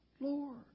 Lord